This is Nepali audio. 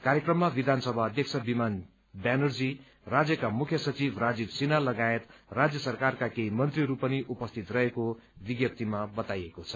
कार्यक्रममा विधानसभा अध्यक्ष विमान ब्यानर्जी राज्यका मुख्य सचिव राजीव सिन्हा लगायत राज्य सरकारका केही मन्त्रीहरू पनि उपस्थित रहेको विज्ञप्तीमा बताइएको छ